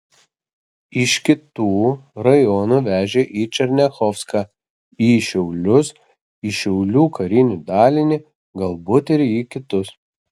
iš kitų rajonų vežė į černiachovską į šiaulius į šiaulių karinį dalinį galbūt ir į kitus